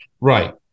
Right